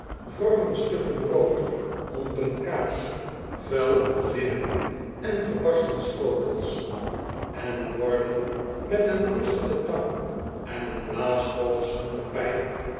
vormen stukken brood hompen kaas vuil linnen en gebarsten schotels en borden met een roestige tang en een blaasbalg zonder pijp